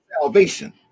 salvation